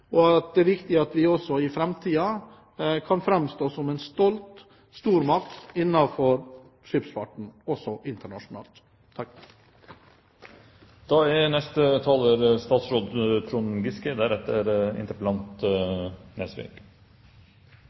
er viktig at vi også i framtiden kan framstå som en stolt stormakt innenfor skipsfarten – også internasjonalt.